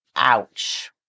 Ouch